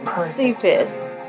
stupid